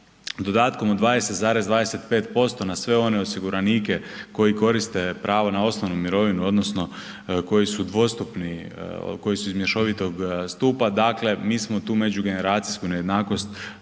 dodatkom od 20,25% na sve one osiguranike koji koriste pravo na osnovnu mirovinu odnosno koji su dvostupni koji su iz mješovitog stupa, dakle, mi smo tu međugeneracijsku nejednakost